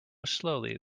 slowly